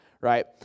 right